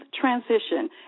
transition